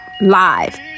Live